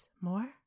more